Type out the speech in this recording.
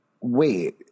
wait